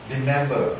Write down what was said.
Remember